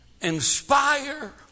inspire